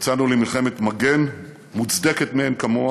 יצאנו למלחמת מגן מוצדקת מאין כמוה